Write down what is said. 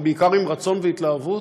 ובעיקר עם רצון והתלהבות,